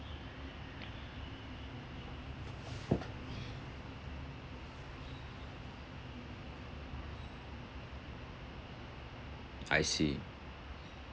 I see